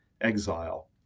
exile